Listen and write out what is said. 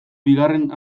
bigarren